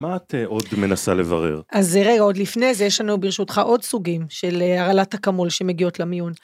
מה את עוד מנסה לברר? אז רגע עוד לפני זה, יש לנו ברשותך עוד סוגים של הרעלת אכמול שמגיעות למיון.